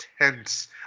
tense